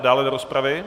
Dále do rozpravy?